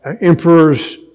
emperors